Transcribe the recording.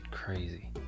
crazy